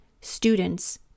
students